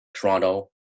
Toronto